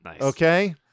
Okay